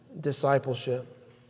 discipleship